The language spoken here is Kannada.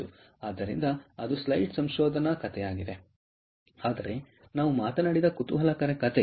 ಆದ್ದರಿಂದ ಅದು ಸ್ಲೈಡ್ ಸಂಶೋಧನಾ ಕಥೆಯಾಗಿದೆ ಆದರೆ ನಾವು ಮಾತನಾಡಿದ ಕುತೂಹಲಕಾರಿ ಕಥೆ